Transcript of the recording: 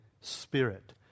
Spirit